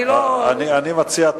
אני מציע,